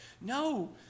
No